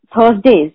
Thursdays